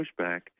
pushback